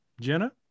Jenna